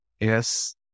yes